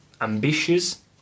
ambitious